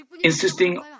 insisting